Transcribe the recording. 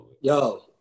yo